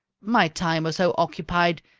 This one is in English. my time was so occupied,